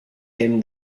him